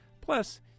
Plus